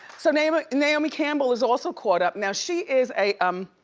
so naomi naomi campbell is also caught up. now she is a, um